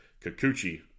Kikuchi